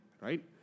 right